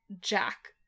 Jack